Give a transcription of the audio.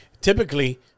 Typically